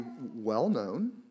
well-known